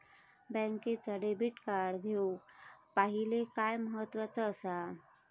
बँकेचा debit card घेउक पाहिले काय महत्वाचा असा?